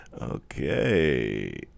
Okay